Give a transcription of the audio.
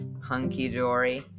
hunky-dory